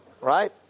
Right